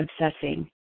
obsessing